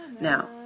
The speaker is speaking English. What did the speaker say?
Now